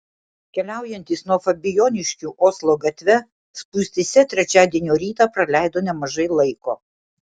keliaujantys nuo fabijoniškių oslo gatve spūstyse trečiadienio rytą praleido nemažai laiko